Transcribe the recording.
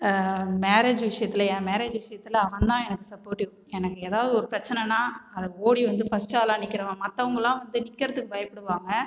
marriage விஷயத்தில் என் marriage விஷயத்தில் அவன் தான் எனக்கு சப்போர்டிவ் எனக்கு எதாது ஒரு பிரச்சினன்னா அதை ஓடி வந்து ஃபஸ்ட் ஆளாக நிற்கறவன் மத்தவங்கள்லா வந்து நிற்கறதுக்கு பயப்புடுவாங்கள்